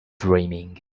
dreaming